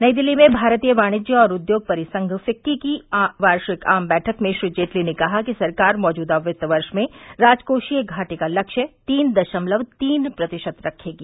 नई दिल्ली में भारतीय वाणिज्य और उद्योग परिसंघ फिक्की की वार्षिक आम बैठक में श्री जेटली ने कहा कि सरकार मौजूदा वित्त वर्ष में राजकोषीय घाटे का लक्ष्य तीन दशमलव तीन प्रतिशत रखेगी